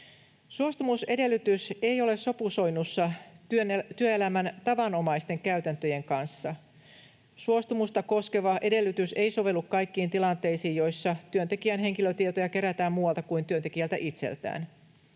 Suostumusedellytys ei ole sopusoinnussa työelämän tavanomaisten käytäntöjen kanssa. Suostumusta koskeva edellytys ei sovellu kaikkiin tilanteisiin, joissa työntekijän henkilötietoja kerätään muualta kuin työntekijältä itseltään.